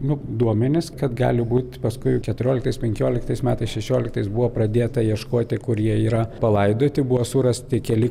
nu duomenys kad gali būti paskui keturioliktais penkioliktais metais šešioliktais buvo pradėta ieškoti kur jie yra palaidoti buvo surasti keli